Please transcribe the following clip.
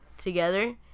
Together